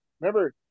Remember